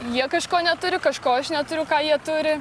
jie kažko neturi kažko aš neturiu ką jie turi